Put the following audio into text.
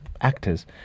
actors